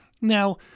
Now